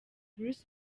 bruce